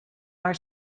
our